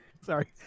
Sorry